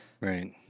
Right